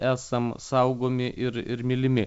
esam saugomi ir ir mylimi